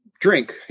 drink